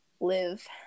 live –